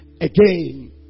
again